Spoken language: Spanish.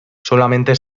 solamente